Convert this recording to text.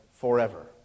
forever